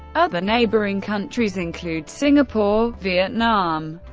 other neighbouring countries include singapore, vietnam,